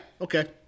Okay